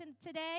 Today